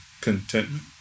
contentment